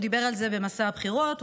הוא דיבר על זה במסע הבחירות,